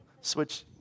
Switch